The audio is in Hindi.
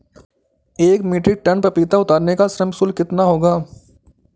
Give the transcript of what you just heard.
एक मीट्रिक टन पपीता उतारने का श्रम शुल्क कितना होगा?